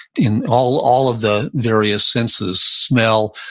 in all all of the various senses, smell,